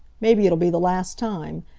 maybe it'll be the last time.